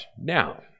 Now